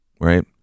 right